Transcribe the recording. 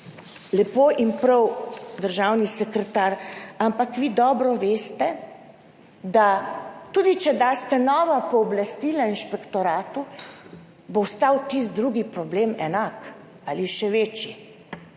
Lepo in prav, državni sekretar, ampak vi dobro veste, da tudi če daste nova pooblastila inšpektoratu, bo ostal tisti drugi problem enak ali še večji.